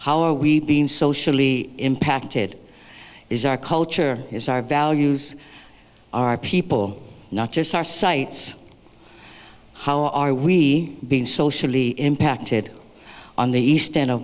how are we being socially impacted is our culture is our values our people not just our sites how are we being socially impacted on the east end